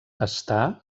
estar